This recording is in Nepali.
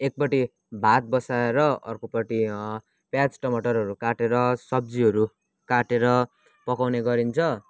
एकपट्टि भात बसाएर अर्कोपट्टि प्याज टमटरहरू काटेर सब्जीहरू काटेर पकाउने गरिन्छ